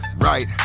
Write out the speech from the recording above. Right